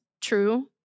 true